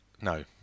No